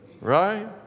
Right